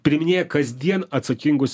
priiminėja kasdien atsakingus